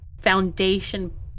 foundation